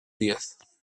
díaz